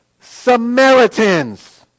Samaritans